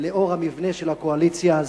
לאור המבנה הזה של הקואליציה,